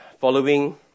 following